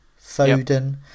Foden